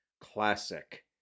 classic